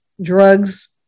drugs